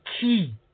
key